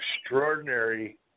extraordinary